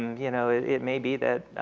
you know it it may be that